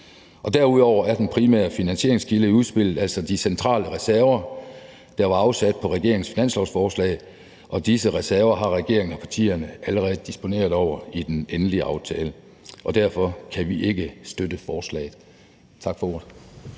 derudover er den primære finansieringskilde i udspillet altså de centrale reserver, der var afsat på regeringens finanslovsforslag, og disse reserver har regeringen og partierne allerede disponeret over i den endelige aftale. Derfor kan vi ikke støtte forslaget. Tak for ordet.